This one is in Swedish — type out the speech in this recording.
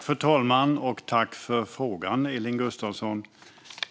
Fru talman! Tack för frågan, Elin Gustafsson!